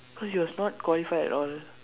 cause he was not qualified at all